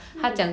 hmm